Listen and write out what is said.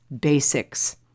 basics